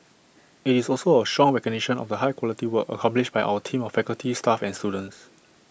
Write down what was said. IT is also A strong recognition of the high quality work accomplished by our team of faculty staff and students